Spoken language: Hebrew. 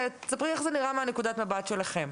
תספרי לנו בבקשה איך זה נראה מנקודת המבט שלכם.